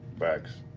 vax.